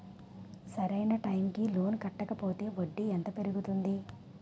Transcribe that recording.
సరి అయినా టైం కి లోన్ కట్టకపోతే వడ్డీ ఎంత పెరుగుతుంది?